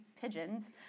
pigeons